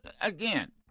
again